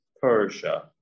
Persia